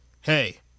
Hey